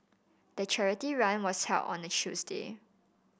the charity run was held on a Tuesday